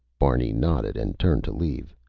barney nodded and turned to leave.